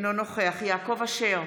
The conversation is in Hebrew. אינו נוכח יעקב אשר,